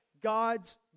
God's